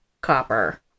copper